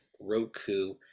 Roku